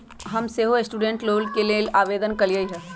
हम सेहो student loan के लेल आवेदन कलियइ ह